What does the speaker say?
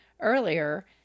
earlier